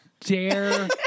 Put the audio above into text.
dare